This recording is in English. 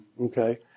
okay